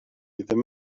ddim